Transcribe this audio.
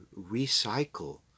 recycle